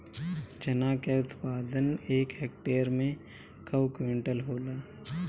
चना क उत्पादन एक हेक्टेयर में कव क्विंटल होला?